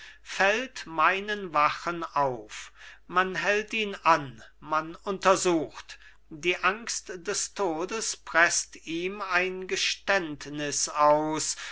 fällt meinen wachen auf man hält ihn an man untersucht die angst des todes preßt ihm ein geständnis aus